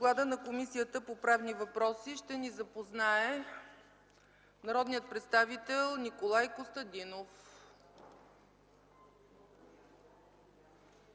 доклада на Комисията по правни въпроси ще ни запознае народният представител Николай Костадинов.